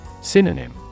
Synonym